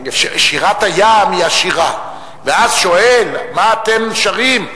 שירת הים היא השירה, ואז שואל: מה אתם שרים?